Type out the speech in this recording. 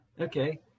Okay